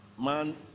Man